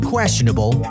Questionable